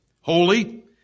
holy